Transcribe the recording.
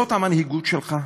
זאת המנהיגות שלך?